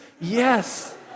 yes